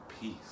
Peace